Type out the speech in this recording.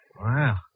Wow